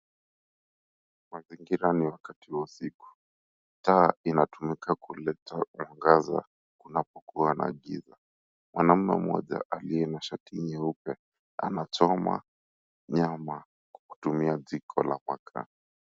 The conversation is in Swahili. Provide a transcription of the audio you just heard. Mazingira ni ya wakati wa usiku. Taa inatumika kuleta mwangaza, kunapokua na giza. Mwanaume mmoja aliye na shati jeupe, anachoma nyama kutumia jiko la makaa.